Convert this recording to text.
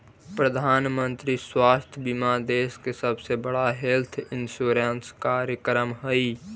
प्रधानमंत्री स्वास्थ्य बीमा देश के सबसे बड़ा हेल्थ इंश्योरेंस कार्यक्रम हई